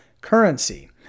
currency